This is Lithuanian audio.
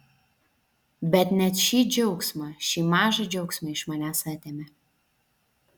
bet net šį džiaugsmą šį mažą džiaugsmą iš manęs atėmė